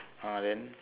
ah then